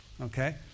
Okay